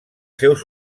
seus